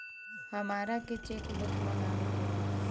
हमारा के cheque book मगावे के बा?